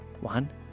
One